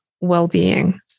well-being